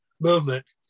movement